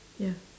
ya